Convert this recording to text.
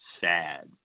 sad